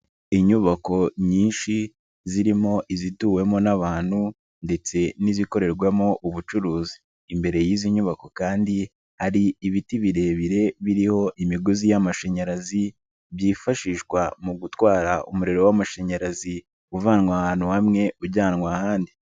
Inyubako nyinshi zirimo izituwemo n'abantu ndetse n'izikorerwamo ubucuruzi, imbere y'izi nyubako kandi hari ibiti birebire biriho imigozi y'amashanyarazi byifashishwa mu gutwara umuriro w'amashanyarazi uvanwa ahantu hamwe ujyanwa ahandi.